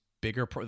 bigger